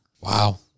Wow